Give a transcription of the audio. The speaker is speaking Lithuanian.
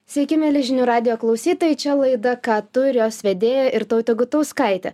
sveiki mieli žinių radijo klausytojai čia laida ką tu ir jos vedėja irtautė gutauskaitė